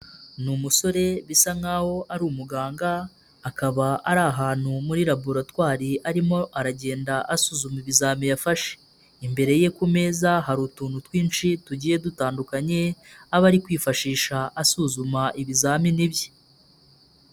Ni umusore bisa nk'aho ari umuganga, akaba ari ahantu muri laboratwari arimo aragenda asuzuma ibizamini yafashe, imbere ye ku meza hari utuntu twinshi tugiye dutandukanye, aba ari kwifashisha asuzuma ibizamini bye.